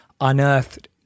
unearthed